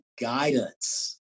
guidance